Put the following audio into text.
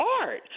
art